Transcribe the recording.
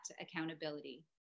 accountability